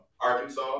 Arkansas